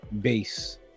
base